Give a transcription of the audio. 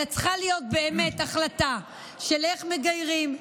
אלא צריכה להיות באמת החלטה של איך מגיירים,